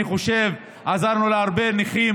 אני חושב שעזרנו להרבה נכים.